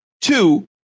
Two